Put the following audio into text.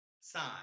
sign